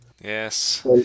Yes